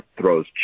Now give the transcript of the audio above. throws